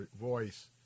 voice